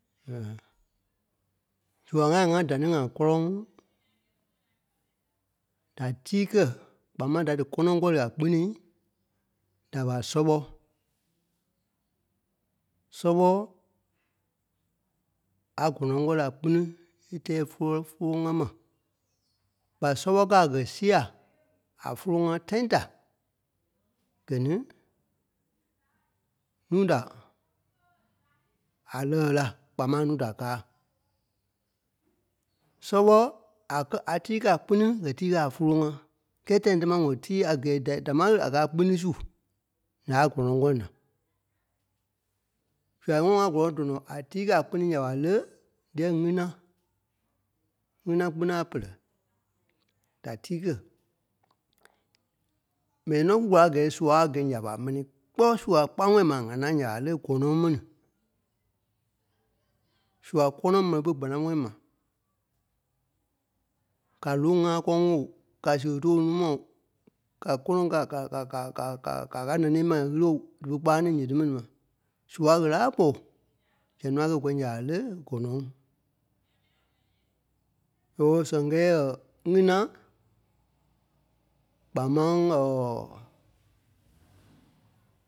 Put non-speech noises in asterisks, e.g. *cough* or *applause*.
*hesitation* Zua-ŋai ŋá da-ni ŋaa kɔ́lɔŋ da tíi kɛ̀ kpaa máŋ da díkɔnɔŋ kɔri a kpínii da ɓa sɔ́ɓɔ. Sɔ́ɓɔ a gɔ́nɔŋ kɔ̀ri a kpíni é tɛ́ɛ fólo- fóloŋa ma. ɓa sɔ́ɓɔ kàa gɛ́ sìa a fólo-ŋa tãi da, gɛ̀ ní núu da a lɛɛ la kpaŋ máŋ núu da káa. Sɔ́ɓɔ a kɛ a tíi kɛ̀ a kpíni gɛ́ tíi kɛ̀ a fólo-ŋa. Kɛ́ tãi támaa ŋɔtíi a gɛ̀i dɛ- dámaa ɣele a kɛ̂ a kpíni su nya a gɔ́nɔŋ kɔri naa. Zua ŋɔ́nɔ ŋá gɔ́lɔŋ tɔnɔɔ a tíi kɛ̀ a kpínii nya ɓa lé, dîyɛ ŋína. Ŋína kpíni a pɛ̀lɛ da tíi kɛ̀. M̀ɛnii nɔ́ kú gɔ̀lɔŋ a kɛ́ɛ sua a gɛ̀i nya ɓa, mɛni kpɔ́ sua kpaaŋɔɔi ma ŋànaa nyaa le gɔ́nɔŋ mɛni. Sua kɔnɔŋ mɛni ɓe kpanaŋɔɔi ma. Ka lóŋ ŋákɔŋ-woo, ka seɣe tóo núu ma oo, ka kɔ́nɔŋ ka- ka- ka- ka- ka- ka- kakaa nɛnîi ma ɣiri-oo, dífe kpáaŋ ní nyiti mɛni ma. Sua ɣele a ɓɔ̀, zɛŋ nɔ́ a kɛ̂ kɔ́rii nya a lé, gɔnɔŋ. So sɛŋ kɛ́ɛ yɛ̂ɛ ŋína, kpaŋ máŋ *hesitation* *noise*